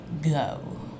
go